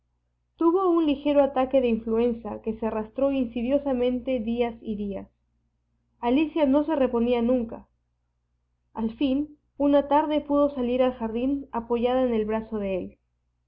tuvo un ligero ataque de influenza que se arrastró insidiosamente días y días alicia no se reponía nunca al fin una tarde pudo salir al jardín apoyada en el brazo de él